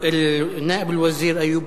נאאב אל-וזיר איוב